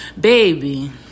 baby